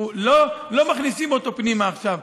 לא מכניסים אותו פנימה עכשיו.